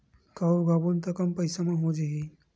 का उगाबोन त कम पईसा म हो जाही?